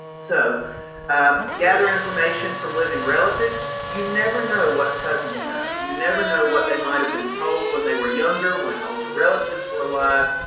so gather information from living relatives. you never know what cousins know. you never know what they might have been told when they were younger, when older relatives were alive.